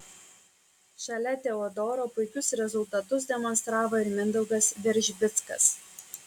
šalia teodoro puikius rezultatus demonstravo ir mindaugas veržbickas